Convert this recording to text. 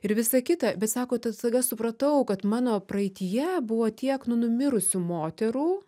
ir visa kita bet sako tas staiga supratau kad mano praeityje buvo tiek nu numirusių moterų